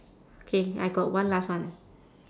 okay I got one last one